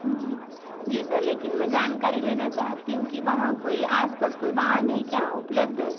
जी जी सर लेकिन मैं जानकारी लेना चाहती हूँ कि वहाँ कोई आस पास कोई वाहन है क्या उपलब्ध